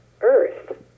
earth